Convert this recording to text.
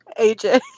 AJ